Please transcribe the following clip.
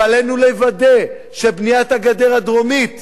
ועלינו לוודא שבניית הגדר הדרומית,